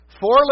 Four